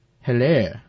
Hello